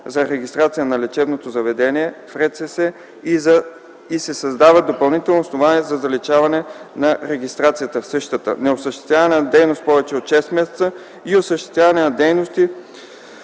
за регистрация на лечебното заведение в РЦЗ и се създават допълнителни основания за заличаване на регистрацията в същата – неосъществяване на дейност повече от шест месеца и осъществяване на дейности